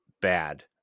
bad